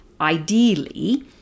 ideally